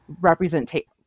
representation